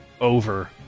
over